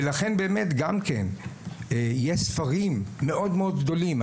ולכן באמת, גם כן, יש ספרים מאוד מאוד גדולים.